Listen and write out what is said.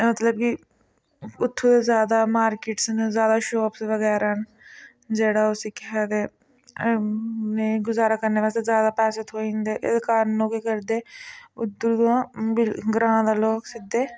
मतलब कि उत्थुं दा ज्यादा मार्किट्स न ज्यादा शापस बगैरा न जेह्ड़ा उसी केह् आखदे नेईं गुजारा करने बास्तै ज्यादा पैसे थ्होई जंदे इस कारण ओह् केह् करदे उद्धर तुआं ग्रांऽ दा लोग सिद्धे